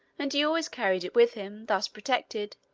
and he always carried it with him, thus protected,